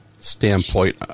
standpoint